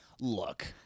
look